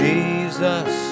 Jesus